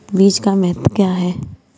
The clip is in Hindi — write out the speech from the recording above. बीज का महत्व क्या है?